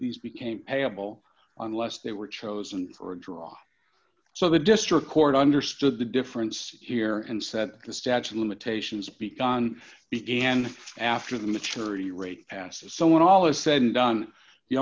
these became payable on less they were chosen for a draw so the district court understood the difference here and set the statute of limitations began began after the maturity rate passes so when all is said and done the